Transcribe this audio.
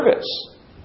service